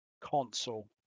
console